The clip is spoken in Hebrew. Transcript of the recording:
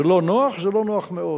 זה לא נוח, זה לא נוח מאוד,